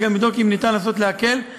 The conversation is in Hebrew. אני גם אבדוק אם ניתן לנסות להקל.